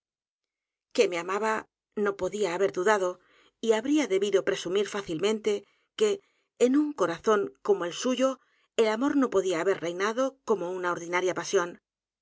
que me amaba no podía haber dudado y habría debido presumir fácilmente que en un corazón como el suyo el amor no podía haber reinado como una ordinaria pasión